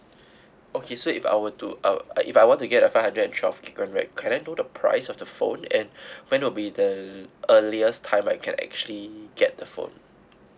okay so if I were to uh if I want to get a five hundred and twelve GB right can I know the price of the phone and when will be the earliest time I can actually get the phone